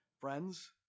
Friends